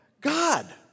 God